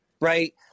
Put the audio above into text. Right